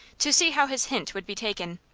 to see how his hint would be taken.